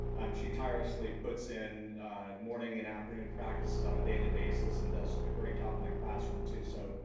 um she tirelessly puts in morning and afternoon practices on a daily basis, and does a great job in the classroom, too. so,